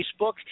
Facebook